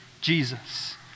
Jesus